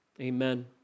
amen